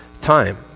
time